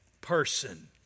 person